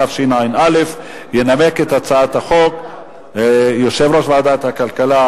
התשע"א 2011. ינמק את הצעת החוק יושב-ראש ועדת הכלכלה.